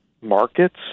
markets